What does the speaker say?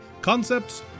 concepts